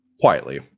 quietly